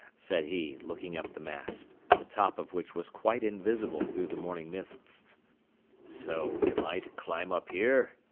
said he, looking up the mast, the top of which was quite invisible through the morning mists so, am i to climb up here?